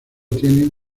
tienen